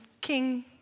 King